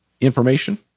information